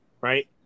right